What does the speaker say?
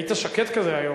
היית שקט כזה היום.